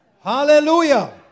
Hallelujah